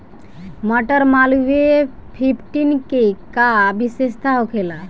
मटर मालवीय फिफ्टीन के का विशेषता होखेला?